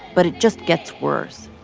but it just gets worse.